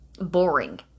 boring